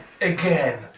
again